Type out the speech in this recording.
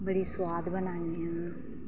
बड़ी सुआद बनान्ने आं